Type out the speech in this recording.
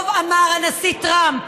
טוב אמר הנשיא טראמפ